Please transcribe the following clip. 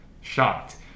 shocked